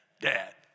Dad